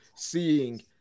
Seeing